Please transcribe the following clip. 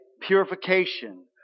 purification